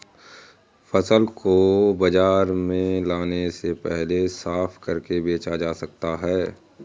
फसल को बाजार में लाने से पहले साफ करके बेचा जा सकता है?